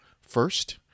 first